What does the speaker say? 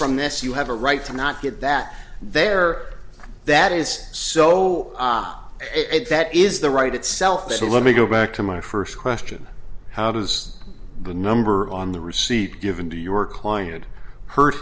from this you have a right to not get that there that is so hot it that is the right itself so let me go back to my first question how does the number on the receipt given to your client hurt